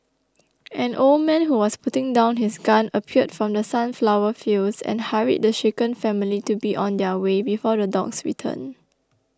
an old man who was putting down his gun appeared from the sunflower fields and hurried the shaken family to be on their way before the dogs return